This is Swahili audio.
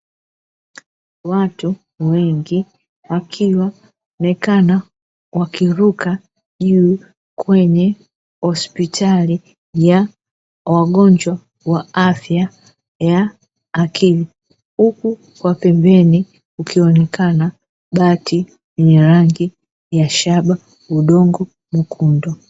Watu wengi wakionekana wakiruka juu, kwenye hospitali ya wagonjwa wa afya ya akili. Huku kwa pembeni kukionekana bati lenye rangi ya shaba, udongo mwekundu.